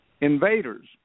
invaders